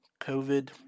COVID